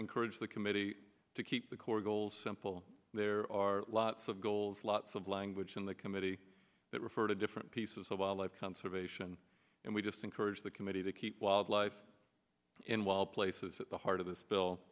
encourage the committee to keep the core goal simple there are lots of goals lots of language in the committee that refer to different pieces of wildlife conservation and we just encourage the committee to keep wildlife in wild places at the heart of th